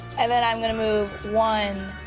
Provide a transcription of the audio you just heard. and then i'm gonna move one,